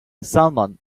salmon